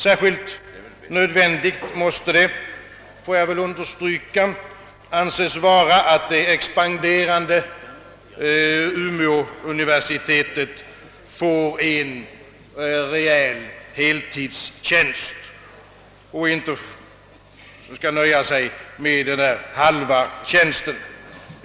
Jag vill understryka, att det måste anses särskilt nödvändigt att det expanderande <Umeå-universitet får en rejäl heltidstjänst och inte skall behöva nöja sig med endast en halvtidstjänst.